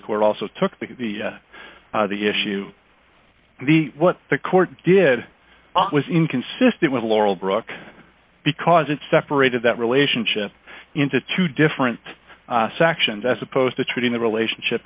court also took that the issue what the court did was inconsistent with laurel brook because it separated that relationship into two different sections as opposed to treating the relationship